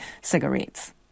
cigarettes